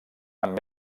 amb